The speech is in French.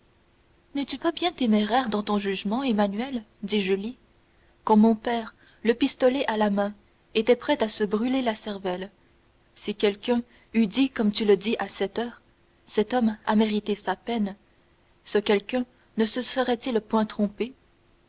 n'es-tu pas bien téméraire dans ton jugement emmanuel dit julie quand mon père le pistolet à la main était prêt à se brûler la cervelle si quelqu'un eût dit comme tu le dis à cette heure cet homme a mérité sa peine ce quelquun là ne se serait-il point trompé